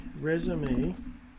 resume